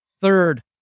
Third